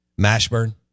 Mashburn